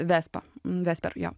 vespa vesper jo